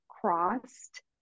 crossed